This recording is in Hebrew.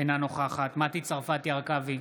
אינה נוכחת מטי צרפתי הרכבי,